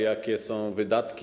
Jakie są wydatki?